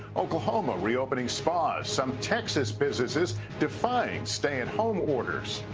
oklahoma reopening spas. some texas businesses defying stay-at-home orders.